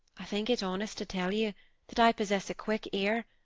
i think it honest to tell you that i possess a quick ear,